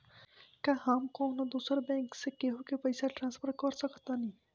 का हम कौनो दूसर बैंक से केहू के पैसा ट्रांसफर कर सकतानी?